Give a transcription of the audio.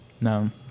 No